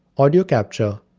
audio capture,